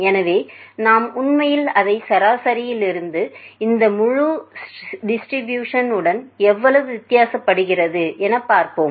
எனவே நாம் உண்மையில் அதை சராசரியிருந்து இந்த முழு டிஸ்ட்ரிபியூஷன் உடன் எவ்வளவு வித்தியாசபடுகிறது என பார்ப்போம்